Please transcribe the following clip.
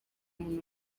muntu